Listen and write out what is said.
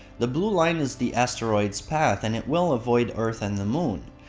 the blue line is the asteroid's path and it will avoid earth and the moon.